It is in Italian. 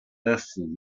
test